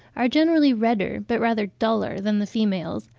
are generally redder but rather duller than the females,